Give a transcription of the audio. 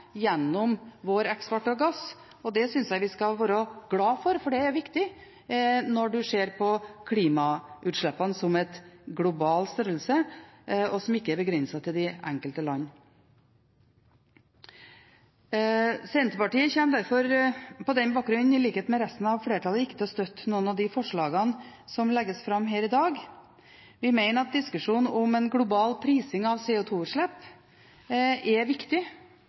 gjennom vår eksport av gass. Det synes jeg vi skal være glade for, for det er viktig når man ser på klimautslippene som en global størrelse, som ikke er begrenset til de enkelte landene. Senterpartiet kommer på den bakgrunn – i likhet med resten av flertallet – ikke til å støtte noen av de forslagene som legges fram her i dag. Vi mener at diskusjonen om en global prising av CO 2 -utslipp er viktig